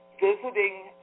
visiting